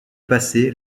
passé